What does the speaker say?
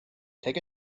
take